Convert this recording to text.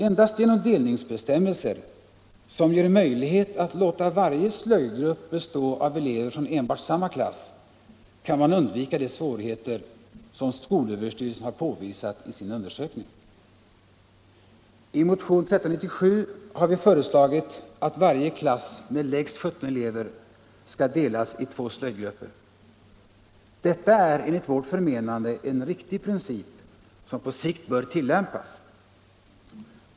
Endast genom delningsbestämmelser, som ger möjlighet att låta varje slöjdgrupp bestå av elever från enbart samma klass, kan man undvika de svårigheter som skolöverstyrelsen har påvisat i sin undersökning. I motionen 1397 har vi föreslagit att varje klass med lägst 17 elever skall delas i två slöjdgrupper. Detta är enligt vårt förmenande en riktig princip, som på sikt bör tillämpas.